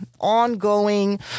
ongoing